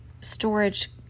storage